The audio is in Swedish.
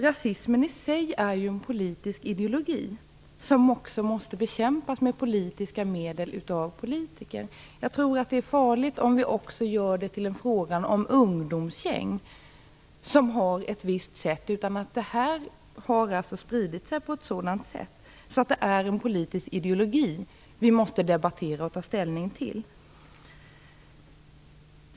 Rasismen i sig är ju en politisk ideologi, som också måste bekämpas med politiska medel av politiker. Jag tror att det är farligt om vi också gör den till en fråga om ungdomsgäng som har ett visst sätt. Rasismen har alltså spritt sig på ett sådant sätt att den är en politisk ideologi som vi måste debattera och ta ställning till.